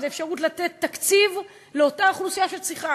זו אפשרות לתת תקציב לאותה אוכלוסייה שצריכה.